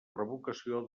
revocació